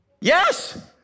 yes